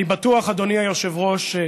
אני בטוח, אדוני היושב-ראש,